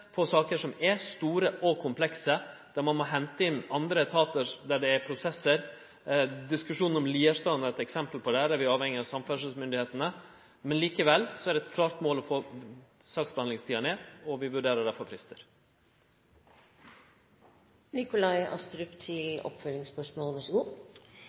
på saker som er store og komplekse, der det er prosesser. Diskusjonen om Lierstranda er eit eksempel på det. Vi er der avhengige av samferdslestyresmaktene. Likevel er det eit klart mål å få ned saksbehandlingstida, og vi vurderer derfor fristar. Det